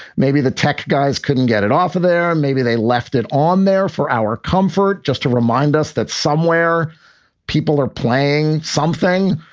maybe the tech guys couldn't get it off of there. maybe they left it on there for our comfort. just to remind us that somewhere people are playing something.